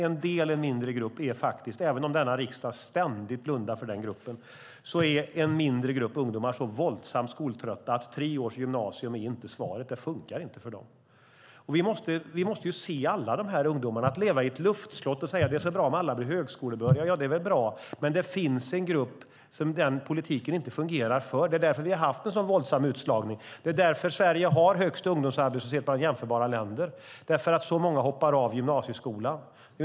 En mindre grupp ungdomar är faktiskt, även om denna riksdag ständigt blundar för den gruppen, så våldsamt skoltrötta att tre års gymnasium inte är svaret. Det funkar inte för dem. Vi måste se alla de här ungdomarna. Man kan leva i ett luftslott och säga: Det är så bra om alla blir högskolebehöriga. Ja, det är väl bra, men det finns en grupp som den politiken inte fungerar för. Det är därför vi har haft en våldsam utslagning. Det är därför Sverige har högst ungdomsarbetslöshet bland jämförbara länder. Så är det eftersom det är så många som hoppar av gymnasieskolan.